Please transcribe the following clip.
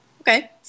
Okay